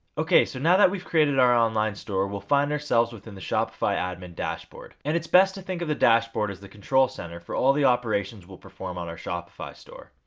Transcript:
okay so now that we've created our online store, we'll find ourselves within the shopify admin dashboard and it's best to think of the dashboard as the control center for all the operations we'll perform on our shopify store.